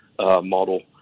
model